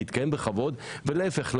להתקיים בכבוד ולהיפך,